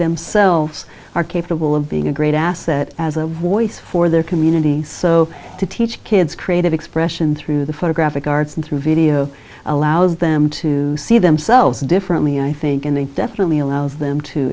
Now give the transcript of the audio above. themselves are capable of being a great asset as a voice for their community so to teach kids creative expression through the photographic arts and through video allows them to see themselves differently i think and they definitely allows them to